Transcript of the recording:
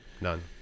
None